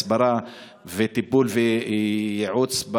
הסברה וטיפול וייעוץ,